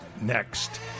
next